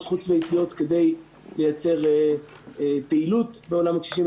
חוץ ביתיות כדי לייצר פעילות בעולם הקשישים,